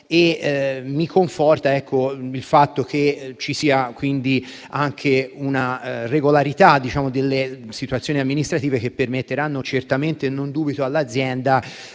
Mi conforta il fatto che ci sia una regolarità delle situazioni amministrative, che permetteranno certamente all'azienda